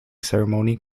ceremony